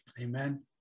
Amen